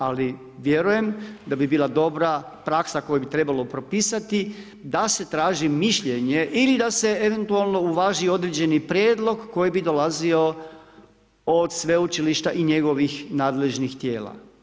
Ali vjerujem da bi bila dobra praksa koju bi trebalo propisati da se traži mišljenje ili da se eventualno uvaži određeni prijedlog koji bi dolazio od sveučilišta i njegovih nadležnih tijela.